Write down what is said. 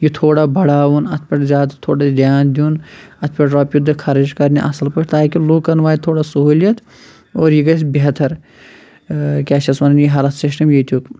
یہِ تھوڑا بڑھاوُن اَٹھ پٮ۪ٹھ زیادٕ تھوڑا دھیٛان دیٛن اَتھ پٮ۪ٹھ رۄپیہِ دَہ خرچ کَرنہِ اصٕل پٲٹھۍ تاکہِ لوٗکَن واتہِ تھوڑا سہوٗلیت اور یہِ گژھہِ بہتر ٲں کیٛاہ چھِ اَتھ وَنان یہِ ہیٚلٕتھ سِسٹَم ییٚتیٛک